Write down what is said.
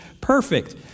Perfect